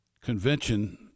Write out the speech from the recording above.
convention